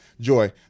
Joy